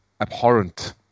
abhorrent